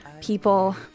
people